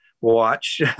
watch